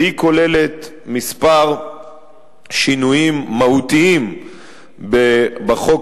והיא כוללת כמה שינויים מהותיים בחוק